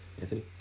Anthony